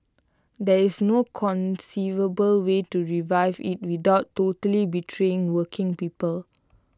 there is no conceivable way to revive IT without totally betraying working people